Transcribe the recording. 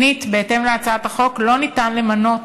שנית, בהתאם להצעת החוק, לא יהיה אפשר למנות,